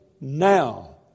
now